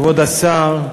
כבוד השר,